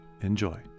enjoy